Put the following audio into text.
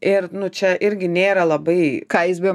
ir čia irgi nėra labai ką jis be